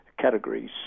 categories